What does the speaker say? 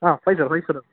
ആ five zero five zero